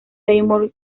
seymour